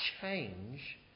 change